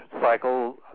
cycle